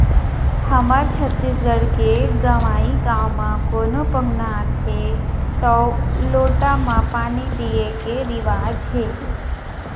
हमर छत्तीसगढ़ के गँवइ गाँव म कोनो पहुना आथें तौ लोटा म पानी दिये के रिवाज हे